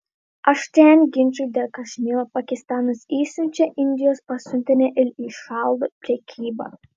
aštrėjant ginčui dėl kašmyro pakistanas išsiunčia indijos pasiuntinį ir įšaldo prekybą